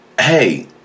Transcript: Hey